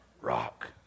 Rock